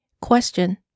Question